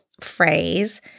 phrase